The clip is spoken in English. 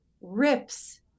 rips